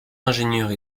ingénieurs